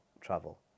travel